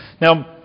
Now